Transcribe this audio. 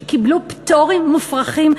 שקיבלו פטורים מופרכים.